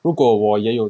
如果我也有